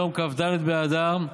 ליום כ"ד באדר,